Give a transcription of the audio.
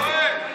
אני שואל.